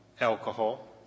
alcohol